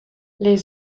les